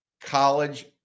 college